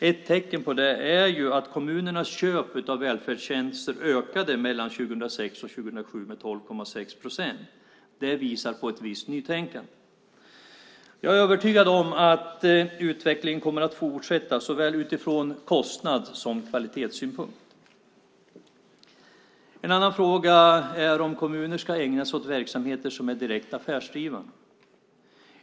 Ett tecken på det är att kommunernas köp av välfärdstjänster ökade mellan 2006 och 2007 med 12,6 procent. Det visar på ett visst nytänkande. Jag är övertygad om att utvecklingen kommer att fortsätta såväl utifrån kostnad som kvalitetssynpunkt. En annan fråga är om kommuner ska ägna sig åt verksamheter som är direkt affärsdrivande.